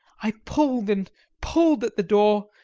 i pulled, and pulled, at the door,